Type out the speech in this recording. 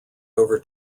over